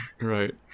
Right